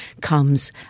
comes